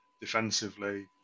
defensively